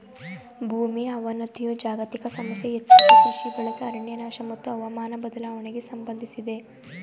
ಭೂಮಿ ಅವನತಿಯು ಜಾಗತಿಕ ಸಮಸ್ಯೆ ಹೆಚ್ಚಾಗಿ ಕೃಷಿ ಬಳಕೆ ಅರಣ್ಯನಾಶ ಮತ್ತು ಹವಾಮಾನ ಬದಲಾವಣೆಗೆ ಸಂಬಂಧಿಸಿದೆ